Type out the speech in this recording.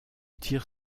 tire